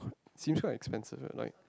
seems quite expensive right like